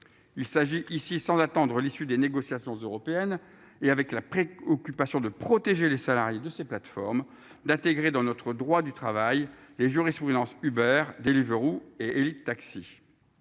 Il s'agit ici sans attendre l'issue des négociations européennes et avec la préoccupation de protéger les salariés de ces plateformes d'intégrer dans notre droit du travail. Les juristes prudences Hubert Deliveroo et Élite taxi.